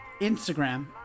Instagram